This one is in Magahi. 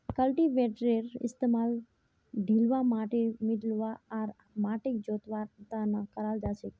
कल्टीवेटरेर इस्तमाल ढिलवा माटिक मिलव्वा आर माटिक जोतवार त न कराल जा छेक